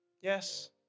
Yes